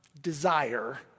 desire